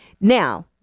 Now